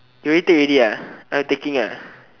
you already take already oh you taking